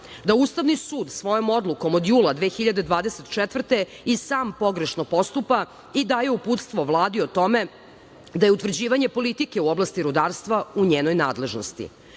da Ustavni sud svojom odlukom od jula 2024. godine i sam pogrešno postupa i daje uputstvo Vladi o tome da je utvrđivanje politike u oblasti rudarstva u njenoj nadležnosti.